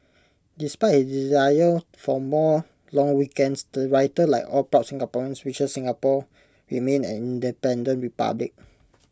despite his desire for more long weekends the writer like all proud Singaporeans wishes Singapore remains an independent republic